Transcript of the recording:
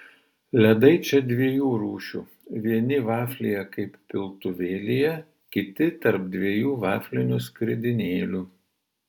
ledai čia dviejų rūšių vieni vaflyje kaip piltuvėlyje kiti tarp dviejų vaflinių skridinėlių